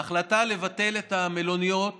ההחלטה לבטל את המלוניות